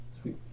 sweet